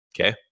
Okay